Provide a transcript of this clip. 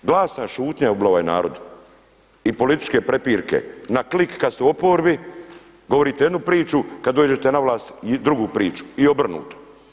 Glasna šutnja je ubila ovaj narod i političke prepirke na klik kad ste u oporbi govorite jednu priču, kad dođete na vlast drugu priču i obrnuto.